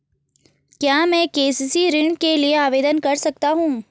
क्या मैं के.सी.सी ऋण के लिए आवेदन कर सकता हूँ?